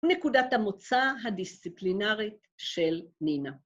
‫נקודת המוצא הדיסציפלינרית של נינה.